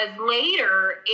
later